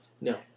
No